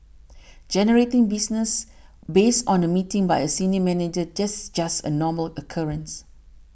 generating business based on a meeting by a senior manager just just a normal occurrence